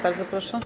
Bardzo proszę.